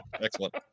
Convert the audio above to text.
excellent